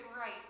right